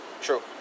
True